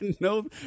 No